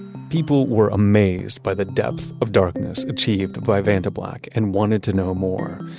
people were amazed by the depth of darkness achieved by vantablack and wanted to know more.